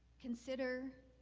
consider